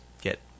get